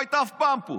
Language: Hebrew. לא הייתה אף פעם פה.